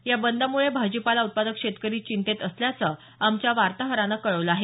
या बंद मुळे भाजीपाला उत्पादक शेतकरी चिंतेत असल्याचं आमच्या वार्ताहरानं कळवलं आहे